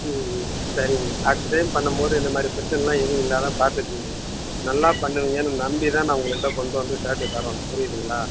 ம் ம் சரிங்க அடுத்த டைம் பண்ணும்போது இந்த மாதிரி பிரச்சினலாம் எதுவும் இல்லாது பார்த்துக்கங்க நல்லா பண்ணுவீங்கனு நம்பி தான் நான் உங்கள்கிட்ட கொண்டு வந்து ஷேர்ட்டு தரோம் புரியுதுங்களா